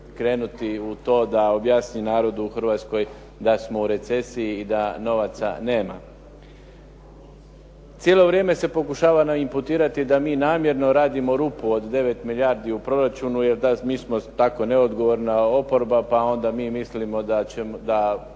krenuti u to da objasni narodu u Hrvatskoj da smo u recesiji i da novaca nema. Cijelo vrijeme se pokušava noimputirati da mi namjerno radimo rupu od 9 milijardi u proračunu jer mi smo tako neodgovorna oporba pa ona mi milimo da možemo